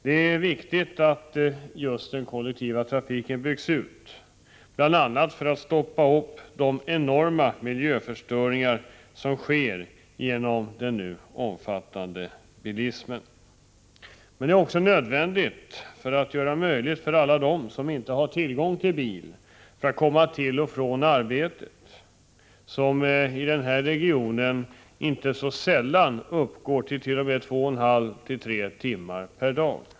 Det är viktigt att just den kollektiva trafiken byggs ut, bl.a. för att stoppa den enorma miljöförstöring som sker genom den nu omfattande bilismen. Men detta är också nödvändigt för att göra det möjligt för alla dem som inte har tillgång till bil att komma till och från arbetet — restiden till och från arbetet uppgår i den här regionen inte sällan till 2,5-3 timmar per dag.